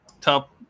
top